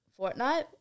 Fortnite